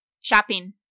shopping